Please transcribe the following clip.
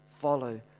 follow